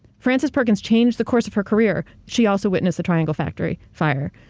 frances perkins changed the course of her career. she also witnessed the triangle factory fire.